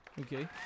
Okay